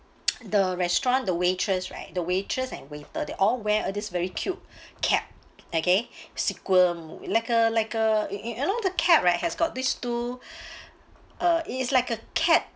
the restaurant the waitress right the waitress and waiter they all wear uh this very cute cap okay squirm like a like a you you know the cat right has got these two uh it is like a cat